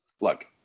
Look